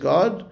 God